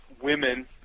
women